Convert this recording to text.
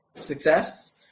success